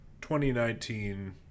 2019